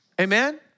Amen